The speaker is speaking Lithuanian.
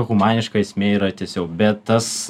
humaniška esmė yra tiesiau bet tas